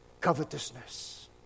covetousness